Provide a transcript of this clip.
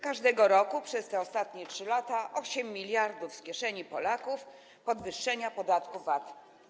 Każdego roku przez ostatnie 3 lata 8 mld z kieszeni Polaków podwyższenia podatku VAT.